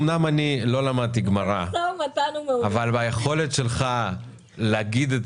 אמנם אני לא למדתי גמרא אבל היכולת שלך להגיד את